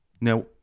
Now